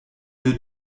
deux